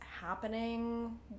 happening